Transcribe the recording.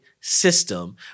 system